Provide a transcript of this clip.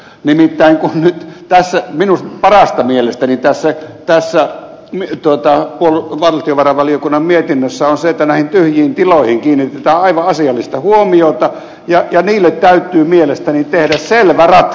nimittäin parasta mielestäni tässä valtiovarainvaliokunnan mietinnössä on se että näihin tyhjiin tiloihin kiinnitetään aivan asiallista huomiota ja niille täytyy mielestäni tehdä selvä ratkaisu